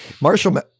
Marshall